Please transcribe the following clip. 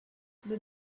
but